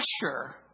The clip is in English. pressure